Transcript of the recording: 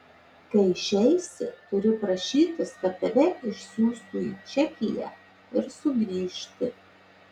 kai išeisi turi prašytis kad tave išsiųstų į čekiją ir sugrįžti